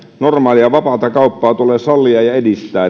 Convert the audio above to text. normaalia vapaata kauppaa tulee sallia ja edistää